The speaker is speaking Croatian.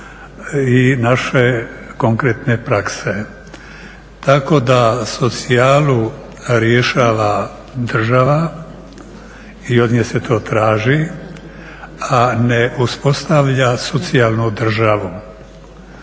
i naše konkretne prakse. Tako da socijalu rješava država i od nje se to traži, a ne uspostavlja socijalnu državu